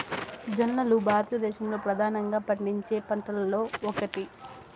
జొన్నలు భారతదేశంలో ప్రధానంగా పండించే పంటలలో ఒకటి